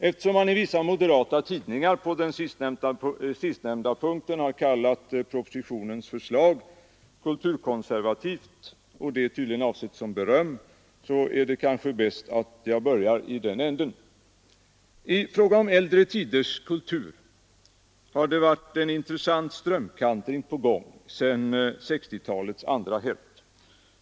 Eftersom man i vissa moderata tidningar på den sistnämnda punkten har kallat propositionens förslag kulturkonservativt — och det är tydligen avsett som beröm — är det kanske bäst att jag börjar i den änden. I fråga om äldre tiders kultur har det varit en intressant strömkantring på gång sedan 1960-talets andra hälft.